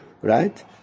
right